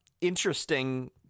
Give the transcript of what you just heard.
interesting